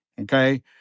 Okay